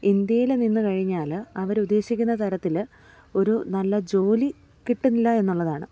ഇന്ത്യയിൽ നിന്നു കഴിഞ്ഞാൽ അവർ ഉദ്ദേശിക്കുന്ന തരത്തിൽ ഒരു നല്ല ജോലി കിട്ടില്ല എന്നുള്ളതാണ്